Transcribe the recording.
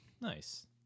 Nice